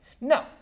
No